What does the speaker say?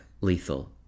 Lethal